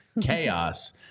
chaos